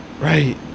Right